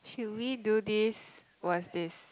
should we do this what's this